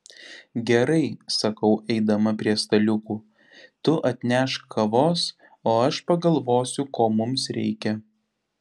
gerai sakau eidama prie staliukų tu atnešk kavos o aš pagalvosiu ko mums reikia